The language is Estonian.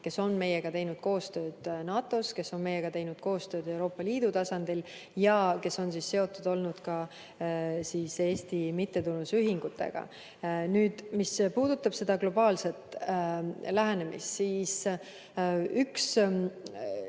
kes on meiega teinud koostööd NATO‑s, kes on meiega teinud koostööd Euroopa Liidu tasandil ja kes on olnud seotud ka Eesti mittetulundusühingutega. Mis puudutab globaalset lähenemist, siis üks